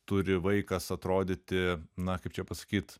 turi vaikas atrodyti na kaip čia pasakyt